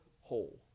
whole